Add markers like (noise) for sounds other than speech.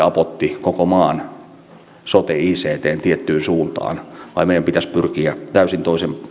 (unintelligible) apotti koko maan sote ictn tiettyyn suuntaan vai pitäisikö meidän pyrkiä täysin